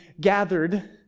gathered